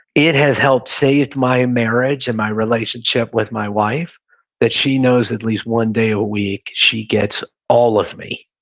it has helped save my marriage and my relationship with my wife that she knows at least one day a week she gets all of me.